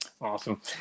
Awesome